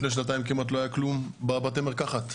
לפני שנתיים כמעט לא היה כלום בבתי המרקחת,